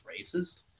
racist